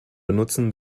benutzen